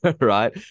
right